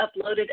uploaded